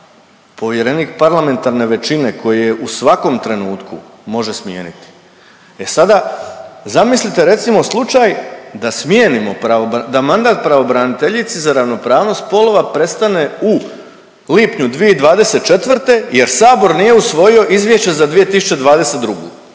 povjerenik parlamentarne većine koji je u svakom trenutku može smijeniti. E sada, zamislite recimo slučaj da smijenimo pravo… da mandat pravobraniteljici za ravnopravnost spolova prestane u lipnju 2024. jer sabor nije usvojio izvješće za 2022.,